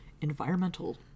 environmental